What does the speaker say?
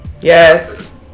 Yes